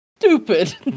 stupid